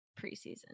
preseason